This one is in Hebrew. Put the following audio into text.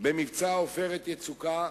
במבצע "עופרת יצוקה"